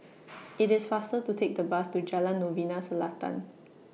IT IS faster to Take The Bus to Jalan Novena Selatan